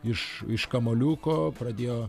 iš iš kamuoliuko pradėjo